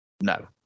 no